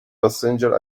passenger